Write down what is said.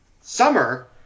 summer